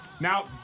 Now